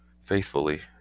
faithfully